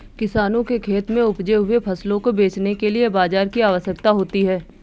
किसानों के खेत में उपजे हुए फसलों को बेचने के लिए बाजार की आवश्यकता होती है